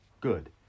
good